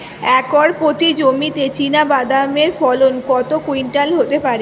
Acre প্রতি জমিতে চীনাবাদাম এর ফলন কত কুইন্টাল হতে পারে?